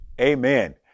Amen